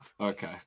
okay